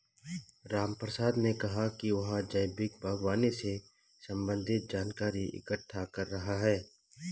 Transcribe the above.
रामप्रसाद ने कहा कि वह जैविक बागवानी से संबंधित जानकारी इकट्ठा कर रहा है